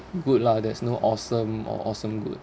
good lah there's no awesome or awesome good